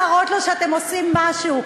להראות לו שאתם עושים משהו.